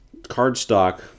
cardstock